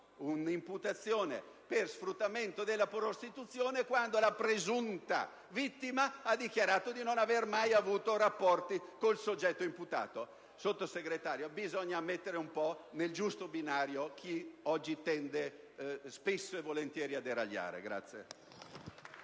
un'imputazione per sfruttamento della prostituzione quando la presunta vittima ha dichiarato di non aver mai avuto rapporti con il soggetto imputato. Signor Sottosegretario, bisogna riportare nel giusto binario chi oggi tende, spesso e volentieri, a deragliare.